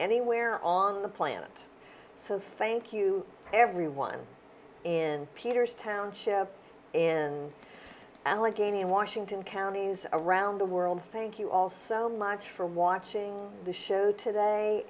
anywhere on the planet so thank you everyone in peter's township in allegheny in washington counties around the world thank you all so much for watching the show today